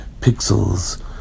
pixels